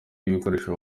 ibikoresho